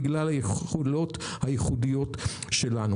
בגלל היכולות הייחודיות שלנו.